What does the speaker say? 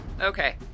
Okay